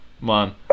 man